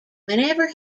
whenever